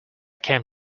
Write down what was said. came